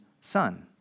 son